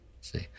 see